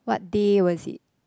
what day was it